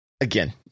again